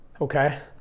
Okay